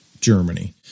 Germany